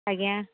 ଆଜ୍ଞା